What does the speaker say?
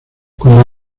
cuando